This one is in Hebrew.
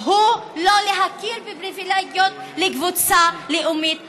היא לא להכיר בפריבילגיות לקבוצה לאומית אחת.